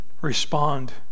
Respond